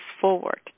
forward